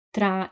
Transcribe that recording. Tra